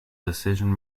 decision